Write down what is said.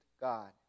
God